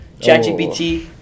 ChatGPT